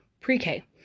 pre-K